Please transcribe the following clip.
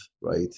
right